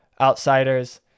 Outsiders